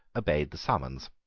obeyed the summons.